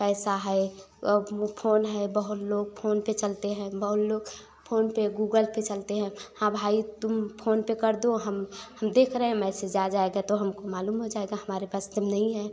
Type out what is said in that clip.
पैसा है अब फोन है बहुत लोग फोनपे चलाते हैं बहुत लोग फोनपे गूगल पे चलाते हैं हाँ भाई तुम फोनपे कर दो हम हम देख रहे हैं मैसेज आ जाएगा तो हमको मालूम हो जाएगा हमारे पास तब नहीं है